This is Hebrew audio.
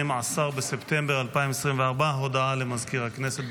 12 בספטמבר 2024. הודעה למזכיר הכנסת,